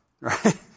Right